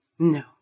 No